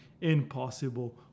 impossible